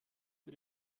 für